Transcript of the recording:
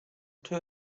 two